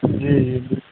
جی جی